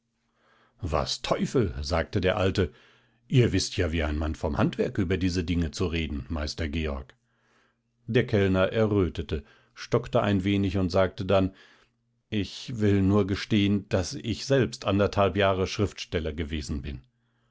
was teufel sagte der alte ihr wißt ja wie ein mann vom handwerk über diese dinge zu reden meister georg der kellner errötete stockte ein wenig und sagte dann ich will nur gestehen daß ich selbst anderthalb jahre schriftsteller gewesen bin